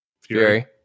Fury